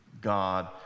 God